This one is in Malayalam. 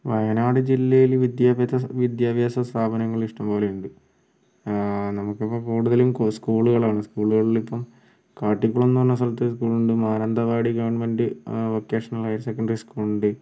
വയനാട് ജില്ലയിൽ വിദ്യാഭ്യാസ വിദ്യാഭ്യാസ സ്ഥാപനങ്ങൾ ഇഷ്ടംപോലെ ഉണ്ട് നമുക്കിപ്പം കുടുതലും സ്ക്കൂളുകളാണ് സ്ക്കൂളുകളിലിപ്പം കാട്ടിക്കുളം എന്നു പറഞ്ഞ സ്ഥലത്ത് സ്കൂളുണ്ട് Mananthavady government vocational higher secondary school ഉണ്ട്